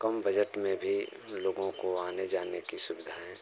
कम budget में भी लोगों को आने जाने की सुविधाएँ